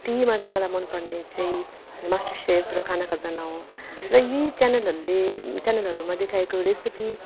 टिभीमा चाहिँ मलाई मनपर्ने चाहिँ मास्टरसेफ र खाना खजाना हो र यी च्यानलहरूले च्यानलहरूमा देखाएको रेसिपी